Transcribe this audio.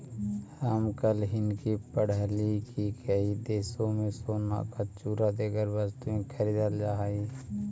हम कल हिन्कि पढ़लियई की कई देशों में सोने का चूरा देकर वस्तुएं खरीदल जा हई